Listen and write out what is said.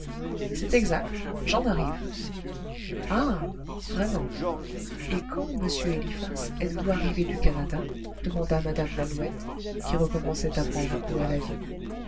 c'est exact j'en arrive ah vraiment et quand monsieur eliphas êtes-vous arrivé du canada demanda mme lalouette qui recommençait à prendre goût à la vie